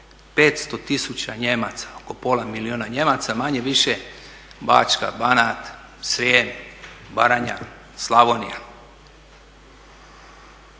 500 tisuća Nijemaca, oko pola milijuna Nijemaca manje-više Bačka, Banat, Srijem, Baranja, Slavonija.